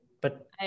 But-